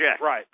Right